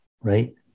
right